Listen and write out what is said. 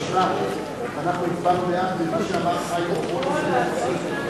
התש"ע 2010, לדיון מוקדם בוועדת הכספים נתקבלה.